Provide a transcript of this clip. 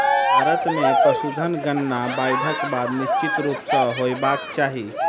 भारत मे पशुधन गणना बाइढ़क बाद निश्चित रूप सॅ होयबाक चाही